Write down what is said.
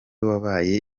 wabahaye